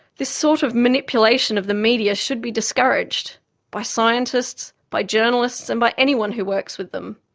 this sort of manipulation of the media should be discouraged by scientists, by journalists and by anyone who works with them.